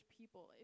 people